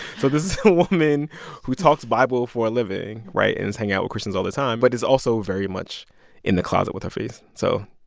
so this is a woman who talks bible for a living right? and is hanging out with christians all the time but is also very much in the closet with her faith. so.